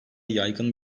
yaygın